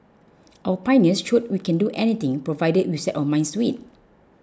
our pioneers showed we can do anything provided we set our minds to it